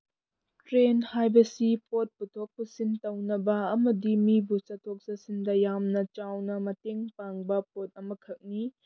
train ꯍꯥꯏꯕꯁꯤ ꯄꯣꯠ ꯄꯨꯊꯣꯛ ꯄꯨꯁꯤꯟ ꯇꯧꯅꯕ ꯑꯃꯗꯤ ꯃꯤꯕꯨ ꯆꯠꯊꯣꯛ ꯆꯠꯁꯤꯟꯗ ꯌꯥꯝꯅ ꯆꯥꯎꯅ ꯃꯇꯦꯡ ꯄꯥꯡꯕ ꯄꯣꯠ ꯑꯃꯈꯛꯅꯤ